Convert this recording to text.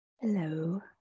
Hello